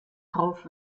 rauf